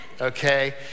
Okay